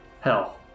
Hell